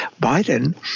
Biden